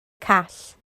call